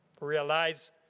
realize